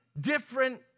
different